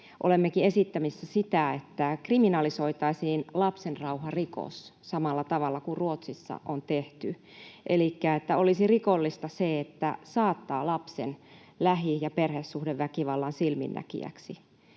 Olemmekin esittämässä sitä, että kriminalisoitaisiin lapsenrauharikos samalla tavalla kuin Ruotsissa on tehty, elikkä että olisi rikollista se, että saattaa lapsen lähi- ja perhesuhdeväkivallan silminnäkijäksi.